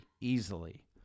easily